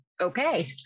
okay